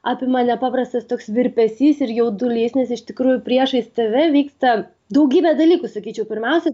apima nepaprastas toks virpesys ir jaudulys nes iš tikrųjų priešais tave vyksta daugybė dalykų sakyčiau pirmiausia